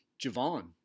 Javon